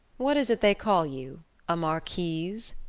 what is it they call you a marquise?